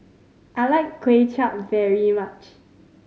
I like Kuay Chap very much